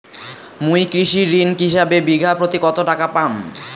মুই কৃষি ঋণ হিসাবে বিঘা প্রতি কতো টাকা পাম?